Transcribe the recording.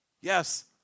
Yes